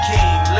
King